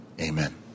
amen